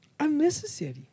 Unnecessary